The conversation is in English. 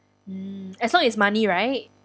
mm as long as money right